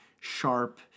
sharp